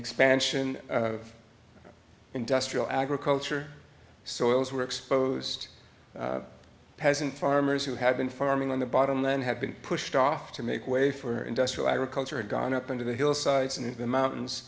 expansion of industrial agriculture soils were exposed peasant farmers who had been farming on the bottom then had been pushed off to make way for industrial agriculture and gone up into the hillsides and the mountains